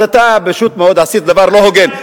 אז אתה פשוט עשית דבר לא הוגן.